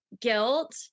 guilt